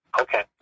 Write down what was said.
Okay